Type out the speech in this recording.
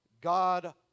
God